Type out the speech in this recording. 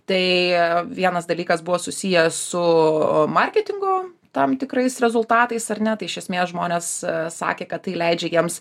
tai vienas dalykas buvo susiję su marketingu tam tikrais rezultatais ar ne tai iš esmės žmonės sakė kad tai leidžia jiems